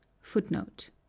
Footnote